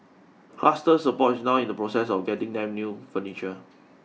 cluster support is now in the process of getting them new furniture